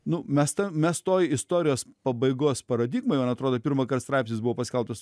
nu mes tą mes toj istorijos pabaigos paradigmoj man atrodo pirmąkart straipsnis buvo paskelbtas